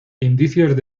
indicios